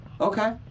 Okay